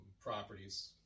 properties